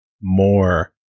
more